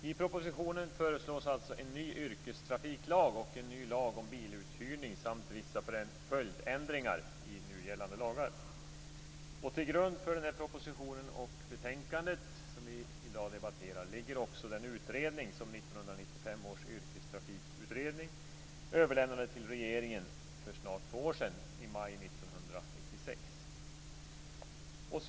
Fru talman! I propositionen föreslås alltså en ny yrkestrafiklag och en ny lag om biluthyrning samt vissa följdändringar i nu gällande lagar. Till grund för denna proposition och för det betänkande som vi i dag debatterar ligger också den utredning som 1995 års yrkestrafikutredning överlämnade till regeringen för snart två år sedan, i maj 1996.